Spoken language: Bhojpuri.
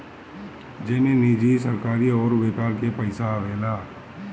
जेमे निजी, सरकारी अउर व्यापार के पइसा आवेला